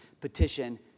petition